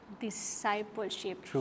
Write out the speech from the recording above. discipleship